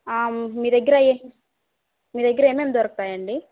మీ దగ్గర మీ దగ్గర ఏమేమి దొరుకుతాయండి